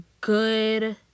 good